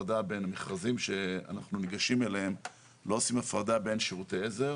במכרזים שאנחנו ניגשים אליהם אנחנו לא עושים הפרדה בין שירותי עזר